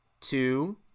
two